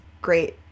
great